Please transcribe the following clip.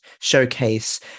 Showcase